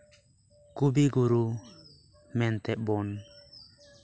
ᱠᱚᱵᱤᱜᱩᱨᱩ ᱢᱮᱱᱛᱮ ᱵᱚᱱ